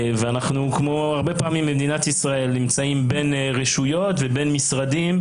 וכמו הרבה פעמים במדינת ישראל אנחנו נמצאים בין רשויות ובין משרדים,